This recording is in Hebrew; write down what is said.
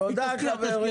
תודה חברים.